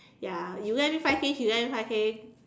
ya you lend me five K she lend me five K